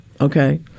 okay